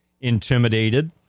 intimidated